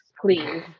please